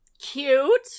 Cute